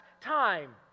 time